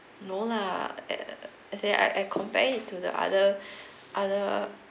no lah eh uh as in I I compared it to the other other